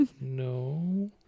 No